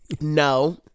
no